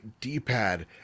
D-pad